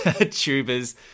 tubers